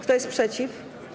Kto jest przeciw?